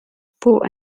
for